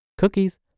Cookies